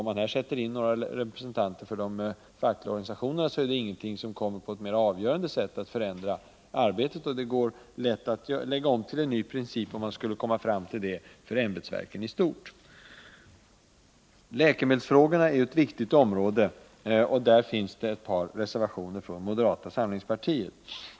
Om man nu sätter in några representanter för de fackliga organisationerna kommer det inte att på något mer avgörande sätt förändra arbetet, och det går lätt att lägga om till en ny princip om man kommer fram till det för ämbetsverken i stort. Läkemedelsfrågorna är viktiga, och där finns ett par reservationer från moderata samlingspartiet.